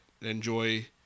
Enjoy